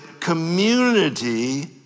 community